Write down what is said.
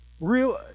real